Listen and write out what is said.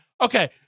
Okay